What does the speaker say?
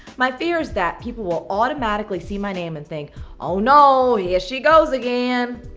my fear is that people will automatically see my name and think oh no, here she goes again!